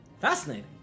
Fascinating